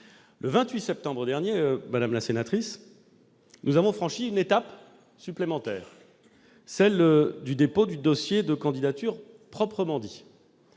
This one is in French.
Le 28 septembre dernier, nous avons franchi une étape supplémentaire avec le dépôt du dossier de candidature proprement dit.